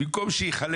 במקום שייכלא